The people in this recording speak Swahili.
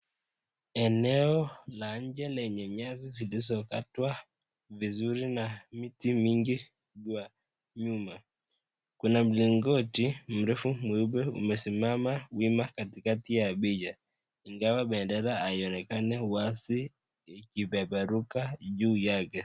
Eneo la nje lenye nyasi zilizokatwa vizuri na miti mingi kwa nyuma. Kuna mlingoti mrefu mweupe umesimama wima katikati ya picha ingawa bendera hainoekani wazi ikipeperuka juu yake.